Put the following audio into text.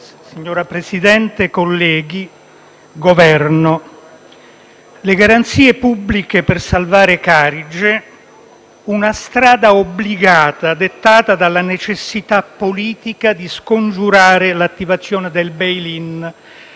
signori rappresentanti del Governo, le garanzie pubbliche per salvare Carige, una strada obbligata dettata dalla necessità politica di scongiurare l'attivazione del *bail in*,